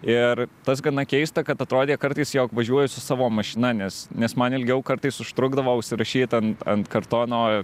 ir tas gana keista kad atrodė kartais jog važiuoju su savo mašina nes nes man ilgiau kartais užtrukdavo užsirašyt ant ant kartono